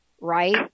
right